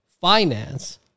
finance